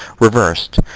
Reversed